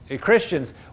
Christians